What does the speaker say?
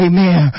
Amen